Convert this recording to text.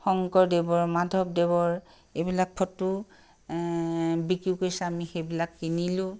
শংকৰদেৱৰ মাধৱদেৱৰ এইবিলাক ফটো বিক্ৰী কৰিছে আমি সেইবিলাক কিনিলোঁ